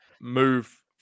move